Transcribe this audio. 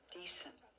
decent